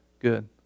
Good